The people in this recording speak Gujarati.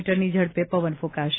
મીની ઝડપે પવન ફંકાશે